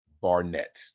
Barnett